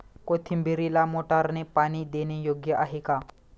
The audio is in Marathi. कोथिंबीरीला मोटारने पाणी देणे योग्य आहे का?